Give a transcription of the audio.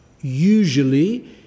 usually